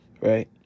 Right